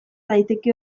daiteke